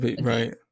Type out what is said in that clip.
right